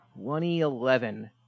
2011